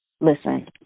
Listen